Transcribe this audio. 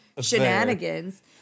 shenanigans